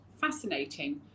fascinating